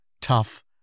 tough